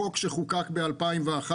חוק שחוקק ב-2014